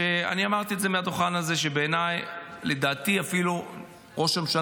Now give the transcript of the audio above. ואני אמרתי מהדוכן הזה שבעיניי לדעתי אפילו ראש הממשלה